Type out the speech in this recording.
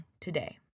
today